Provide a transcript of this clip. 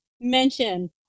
mention